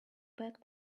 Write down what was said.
back